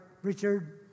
Richard